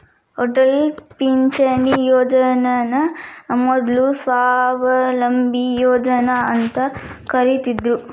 ಅಟಲ್ ಪಿಂಚಣಿ ಯೋಜನನ ಮೊದ್ಲು ಸ್ವಾವಲಂಬಿ ಯೋಜನಾ ಅಂತ ಕರಿತ್ತಿದ್ರು